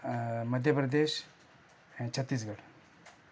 मध्य प्रदेश ऐं छत्तीसगढ़